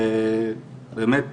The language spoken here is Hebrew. זה באמת